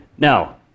Now